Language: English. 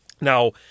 Now